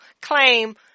claim